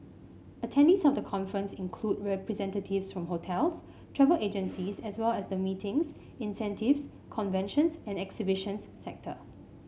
attendees of the conference include representatives from hotels travel agencies as well as the meetings incentives conventions and exhibitions sector